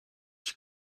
your